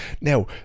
Now